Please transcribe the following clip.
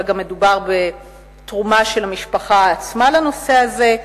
אלא גם מדובר בתרומה של המשפחה עצמה לנושא הזה.